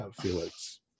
Felix